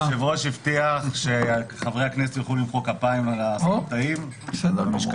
יושב-ראש הכנסת הבטיח שחברי הכנסת יוכלו למחוא כפיים לספורטאים במשכן.